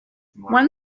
one